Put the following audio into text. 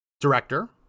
Director